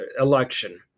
election